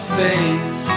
face